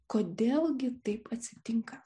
kodėl gi taip atsitinka